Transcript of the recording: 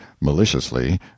maliciously